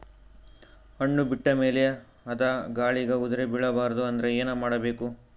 ಹಣ್ಣು ಬಿಟ್ಟ ಮೇಲೆ ಅದ ಗಾಳಿಗ ಉದರಿಬೀಳಬಾರದು ಅಂದ್ರ ಏನ ಮಾಡಬೇಕು?